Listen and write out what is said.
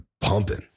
pumping